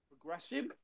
progressive